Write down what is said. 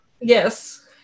Yes